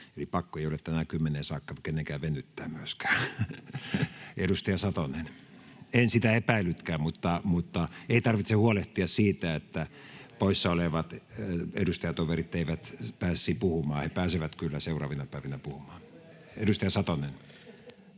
eli pakko ei ole tänään kymmeneen saakka kenenkään venyttää myöskään. En sitä epäillytkään, mutta ei tarvitse huolehtia siitä, että poissa olevat edustajatoverit eivät pääsisi puhumaan. He pääsevät kyllä seuraavina päivinä puhumaan. — Edustaja Satonen.